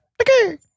Okay